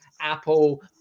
Apple